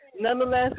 nonetheless